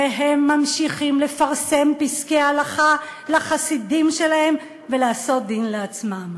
והם ממשיכים לפרסם פסקי הלכה לחסידים שלהם ולעשות דין לעצמם.